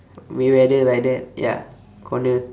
mayweather like that ya conor